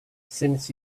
since